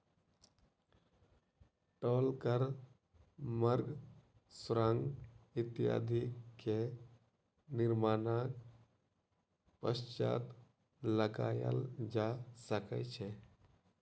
टोल कर मार्ग, सुरंग इत्यादि के निर्माणक पश्चात लगायल जा सकै छै